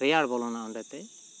ᱨᱮᱭᱟᱲ ᱵᱚᱞᱚᱱᱟ ᱚᱸᱰᱮ ᱛᱮ